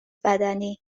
بدنی